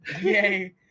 Yay